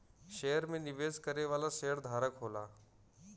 share में निवेश करे वाला शेयरधारक होला